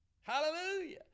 Hallelujah